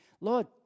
Lord